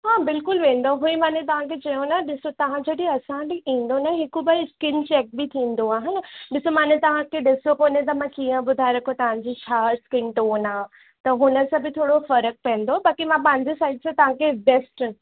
हा बिल्कुलु वेंदो उहो ई मां न तव्हांखे चयो न ॾिसो तव्हां जॾहिं असां ॾिए ईंदो न हिकु बार स्किन चेक बि थींदो आहे हा न ॾिसो मां न तव्हांखे ॾिसो कोन्हे त मां कीअं ॿुधाए रखो की तव्हांजी छा स्किन टोन आहे त हुन सां बि थोरो फ़र्क़ु पवंदो बाक़ी मां पंहिंजे साइड सां तव्हांखे टेस्ट